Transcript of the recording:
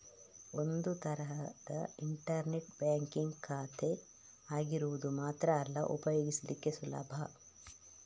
ಒಂದು ತರದ internet banking ಖಾತೆ ಆಗಿರೋದು ಮಾತ್ರ ಅಲ್ಲ ಉಪಯೋಗಿಸ್ಲಿಕ್ಕೆ ಸುಲಭ